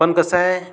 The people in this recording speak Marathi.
पण कसं आहे